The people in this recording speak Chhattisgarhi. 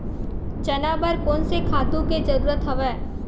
चना बर कोन से खातु के जरूरत हवय?